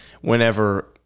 whenever